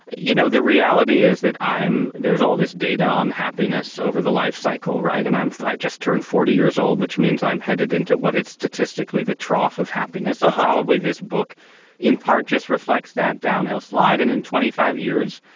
but you know, the reality is that i'm there's all this data on happiness over the life cycle. right. and i'm i just turned forty years old, which means i'm headed into what is statistically the trough of happiness so horribly. this book in part just reflects that downhill slide. and in twenty five years,